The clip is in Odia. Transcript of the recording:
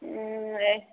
ହୁଁ ଏ